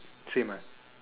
same ah